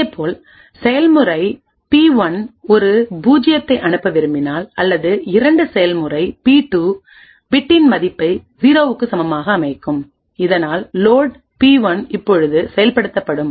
இதேபோல் செயல்முறை பி1ஒரு 0 ஐ அனுப்ப விரும்பினால் அல்லது இரண்டு செயல்முறை பி2 பிட்டின் மதிப்பை 0 க்கு சமமாக அமைக்கும் இதனால் லோட் பி1 இப்போது செயல்படுத்தப்படும்